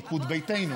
בליכוד-ביתנו,